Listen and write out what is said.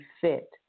fit